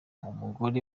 umugore